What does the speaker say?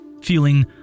feeling